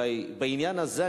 אולי בעניין הזה,